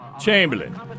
Chamberlain